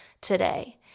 today